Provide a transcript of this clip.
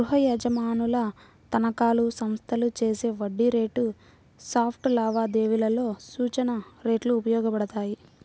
గృహయజమానుల తనఖాలు, సంస్థలు చేసే వడ్డీ రేటు స్వాప్ లావాదేవీలలో సూచన రేట్లు ఉపయోగపడతాయి